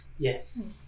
Yes